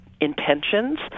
intentions